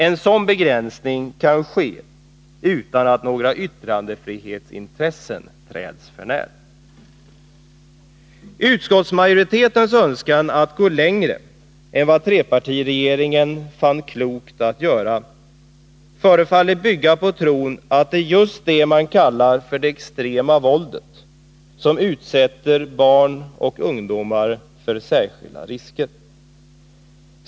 En sådan begränsning kan ske, utan att några yttrandefrihetsintressen träds för när. Utskottsmajoritetens önskan att gå längre än vad trepartiregeringen fann klokt att göra förefaller bygga på tron att det är just det man kallar för det extrema våldet som utsätter barn och ungdomar för särskilda risker.